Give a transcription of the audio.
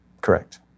Correct